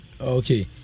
okay